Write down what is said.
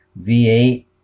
V8